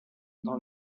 dans